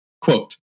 Quote